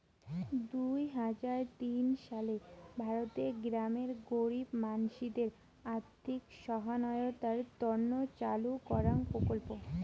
দুই হাজার তিন সালে ভারতের গ্রামের গরীব মানসিদের আর্থিক সহায়তার তন্ন চালু করাঙ প্রকল্প